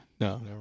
No